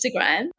Instagram